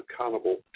accountable